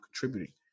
contributing